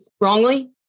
wrongly